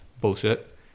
bullshit